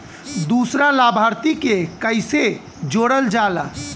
दूसरा लाभार्थी के कैसे जोड़ल जाला?